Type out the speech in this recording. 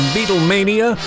Beatlemania